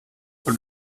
und